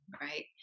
right